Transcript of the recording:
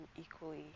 equally